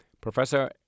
Professor